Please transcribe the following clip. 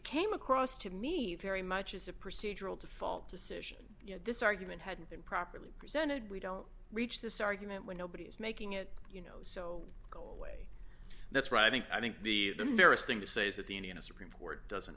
came across to me very much as a procedural default decision you know this argument hadn't been properly presented we don't reach this argument when nobody is making it you know so go away that's right i think i think the the fairest thing to say is that the union a supreme court doesn't